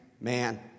man